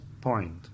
point